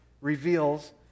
reveals